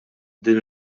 din